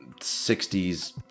60s